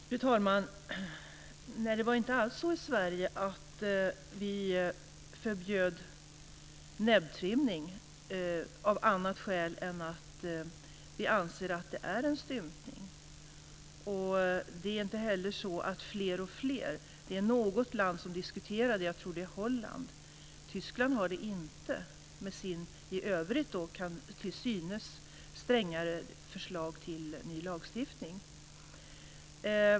Fru talman! Nej, det är inte alls så att vi i Sverige förbjöd näbbtrimning av annat skäl än att sådant anses vara stympning. Det är inte heller så att detta gäller fler och fler länder. Något land diskuterar detta - jag tror att det är Holland. Tyskland har inte med detta, trots sitt i övrigt, till synes, strängare förslag till ny lagstiftning.